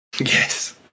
yes